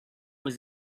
was